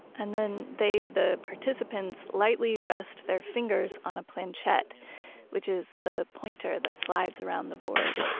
and then they, the participants, lightly rest their fingers on a planchet, which is the pointer that slides around the board.